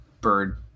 bird